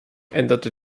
änderte